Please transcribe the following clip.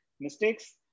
mistakes